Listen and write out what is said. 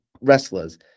wrestlers